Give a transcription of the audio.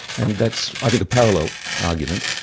and that's i think a parallel argument.